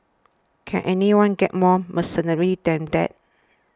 can anyone get more mercenary than that